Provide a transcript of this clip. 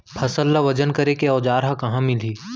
फसल ला वजन करे के औज़ार हा कहाँ मिलही?